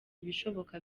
ibishoboka